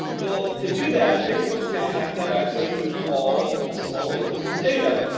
well, to do that, facebook's gonna have to have access to all a small business's data.